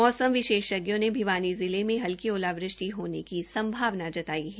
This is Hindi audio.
मौसम विशेषज्ञों ने भिवानी जिले में हल्की ओलावृष्टि होने की संभावना भी जताई है